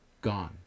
gone